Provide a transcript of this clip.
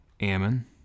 Ammon